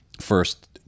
first